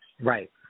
Right